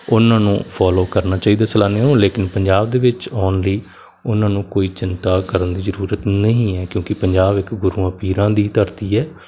ਉਹਨਾਂ ਨੂੰ ਫੋਲੋ ਕਰਨਾ ਚਾਹੀਦਾ ਸੈਲਾਨਿਆ ਨੂੰ ਲੇਕਿਨ ਪੰਜਾਬ ਦੇ ਵਿੱਚ ਆਉਣ ਲਈ ਉਹਨਾਂ ਨੂੰ ਕੋਈ ਚਿੰਤਾ ਕਰਨ ਦੀ ਜ਼ਰੂਰਤ ਨਹੀਂ ਹੈ ਕਿਉਂਕਿ ਪੰਜਾਬ ਇੱਕ ਗੁਰੂਆਂ ਪੀਰਾਂ ਦੀ ਧਰਤੀ ਹੈ